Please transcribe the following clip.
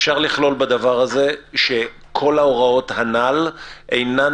אפשר לכלול בדבר הזה שכל ההוראות הנ"ל אינן